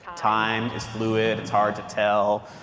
time is fluid. it's hard to tell.